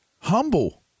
humble